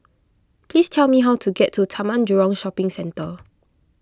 please tell me how to get to Taman Jurong Shopping Centre